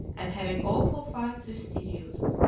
and having awful fights with sirius.